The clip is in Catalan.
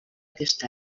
aquest